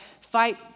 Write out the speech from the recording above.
Fight